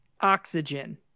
Oxygen